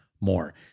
more